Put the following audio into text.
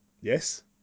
Yes